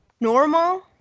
normal